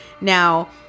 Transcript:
Now